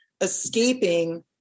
escaping